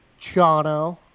Chano